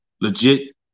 legit